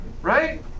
Right